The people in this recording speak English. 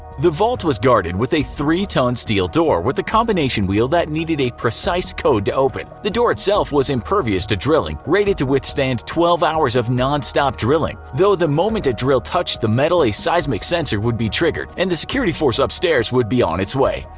the vault was guarded with a three ton steel door with a combination wheel that needed a precise code to open. the door itself was impervious to drilling, rated to withstand twelve hours of non-stop drilling, though the moment a drill touched the metal a seismic sensor would be triggered and the security force upstairs would be on its way.